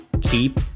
keep